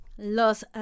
Los